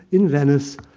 in venice,